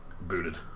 booted